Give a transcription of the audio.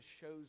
shows